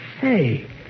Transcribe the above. Hey